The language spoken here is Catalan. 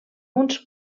uns